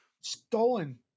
stolen